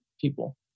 people